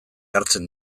hartzen